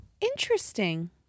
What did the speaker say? interesting